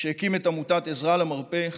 שהקים את עמותת עזרה למרפא,